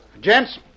Gents